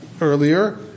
earlier